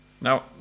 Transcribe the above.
Now